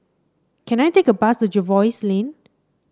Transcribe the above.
can I take a bus to Jervois Lane